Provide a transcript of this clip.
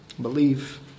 believe